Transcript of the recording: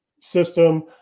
system